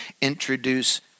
introduce